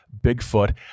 Bigfoot